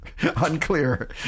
Unclear